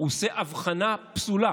הוא עושה הבחנה פסולה